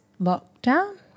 lockdown